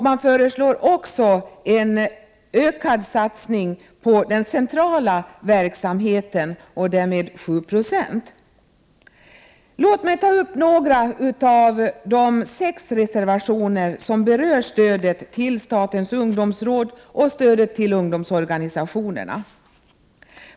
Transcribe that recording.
Man föreslår också en ökning med 7 96 av satsningen på den centrala verksamheten. Låt mig ta upp några av de sex reservationer som berör stödet till statens ungdomsråd och ungdomsorganisationerna.